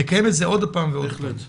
תקיים את זה עוד פעם ועוד פעם.